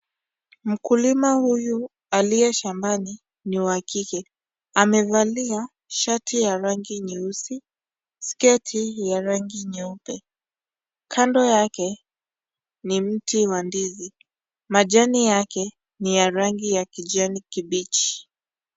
Mkulima huyu aliye shambani ni wa kike. Amevalia shati ya rangi nyeusi, sketi ya rangi nyeupe. Kando yake, ni mti wa ndizi. Majani yake, ni ya rangi ya kijani kibichi.